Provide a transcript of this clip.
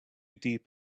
deep